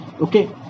okay